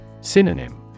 Synonym